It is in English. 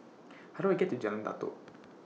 How Do I get to Jalan Datoh